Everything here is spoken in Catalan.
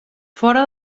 fora